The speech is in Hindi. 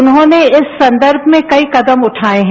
उन्होंने इस संदर्भ में कई कदम उठाए हैं